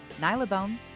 Nylabone